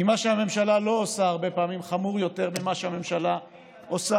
כי מה שהממשלה לא עושה הרבה פעמים חמור יותר ממה שהממשלה עושה.